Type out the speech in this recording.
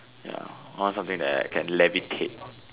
ya I want something that I can levitate